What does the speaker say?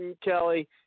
Kelly